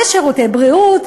לשירותי בריאות,